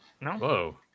no